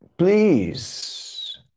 Please